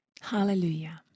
Hallelujah